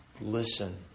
Listen